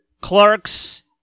Clerks